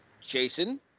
Jason